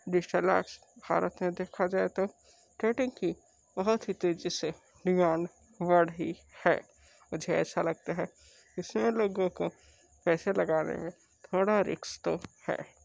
digital आज भारत में देखा जाए तो ट्रेडिंग की बहुत ही तेजी से जैसे डिमांड बढ़ी है मुझे ऐसा लगता है इसमें लोगों को पैसा लगाने में थोड़ा रिस्क तो है